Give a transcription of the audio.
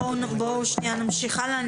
בואו נמשיך הלאה.